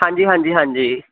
ਹਾਂਜੀ ਹਾਂਜੀ ਹਾਂਜੀ